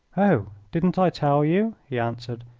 oh, didn't i tell you? he answered.